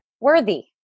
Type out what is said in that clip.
worthy